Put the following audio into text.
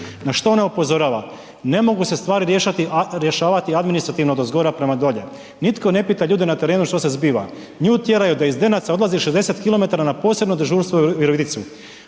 Na što ona upozorava? Ne mogu se stvari rješavati administrativno odozgora prema dolje, nitko ne pita ljude na terenu što se zbiva, nju tjeraju da iz Zdenaca odlazi 60 km na posebno dežurstvo u Viroviticu,